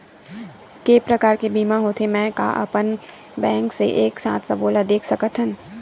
के प्रकार के बीमा होथे मै का अपन बैंक से एक साथ सबो ला देख सकथन?